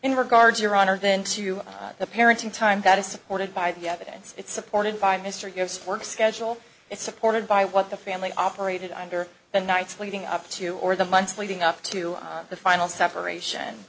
in regards your honor then to the parenting time that is supported by the evidence supported by mr gibbs work schedule is supported by what the family operated under the nights leading up to or the months leading up to the final separation